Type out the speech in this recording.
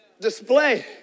display